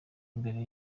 mbere